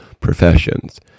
professions